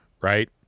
Right